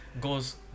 goes